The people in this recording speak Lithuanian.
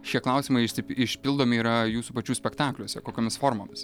šie klausimai išsip išpildomi yra jūsų pačių spektakliuose kokiomis formomis